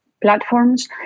platforms